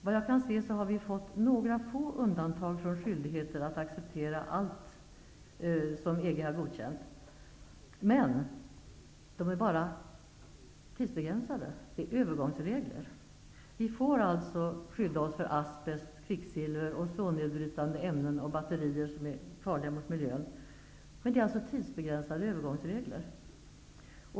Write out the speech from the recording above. Vad jag förstår har vi fått några få undantag från skyldigheter att acceptera allt som EG har godkänt. Men det rör sig bara om tidsbegränsade övergångsregler. Vi får skydda oss mot asbest, kvicksilver, ozonnedbrytande ämnen och batterier som är farliga för miljön, men det är som sagt bara tidsbegränsade övergångsregler.